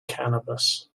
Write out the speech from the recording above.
cannabis